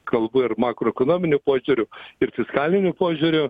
kalbu ir makroekonominiu požiūriu ir fiskaliniu požiūriu